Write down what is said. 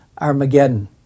Armageddon